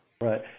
Right